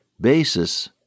basis